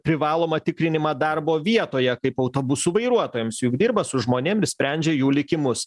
privalomą tikrinimą darbo vietoje kaip autobusų vairuotojams juk dirba su žmonėm ir sprendžia jų likimus